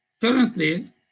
Currently